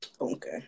okay